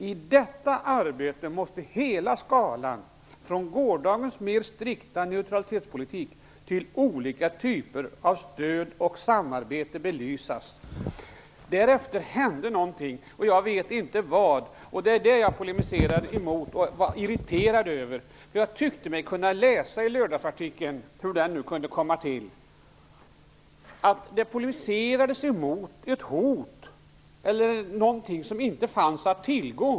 I detta arbete måste hela skalan, från gårdagens mer strikta neutralitetspolitik till olika typer av stöd och samarbete, belysas. Därefter hände någonting, och jag vet inte vad. Det var detta jag polemiserade mot och var irriterad över. Jag tyckte mig kunna läsa i artikeln från i lördags, hur den nu kunde komma till, att det polemiserades mot ett hot eller någonting som inte fanns att tillgå.